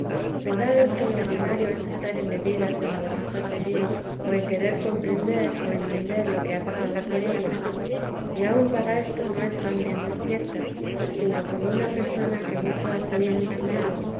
verdad es que lo ordinario es estar embebidas en alabanzas de dios o en querer comprender o entender lo que ha pasado por ellas y aun para esto no están bien despiertas sino como una persona que ha mucho dormido y soñado